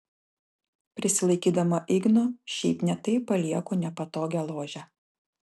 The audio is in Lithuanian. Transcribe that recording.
prisilaikydama igno šiaip ne taip palieku nepatogią ložę